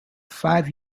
five